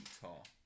tall